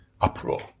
uproar